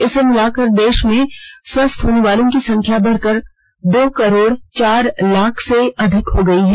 इसे मिलाकर देश में स्वस्थ होने वालों की संख्या बढकर दो करोड चार लाख से अधिक हो गई है